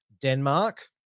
Denmark